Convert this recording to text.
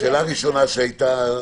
השאלה הראשונה שהייתה,